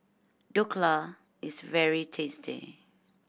dhokla is very tasty